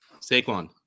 Saquon